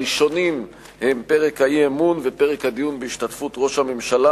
הראשונים הם פרק האי-אמון ופרק הדיון בהשתתפות ראש הממשלה,